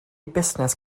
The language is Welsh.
busnes